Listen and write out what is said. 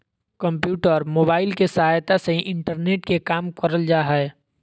computer, mobile के सहायता से ही इंटरनेट के काम करल जा हय